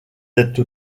être